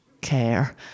care